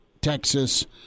Texas